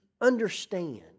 understand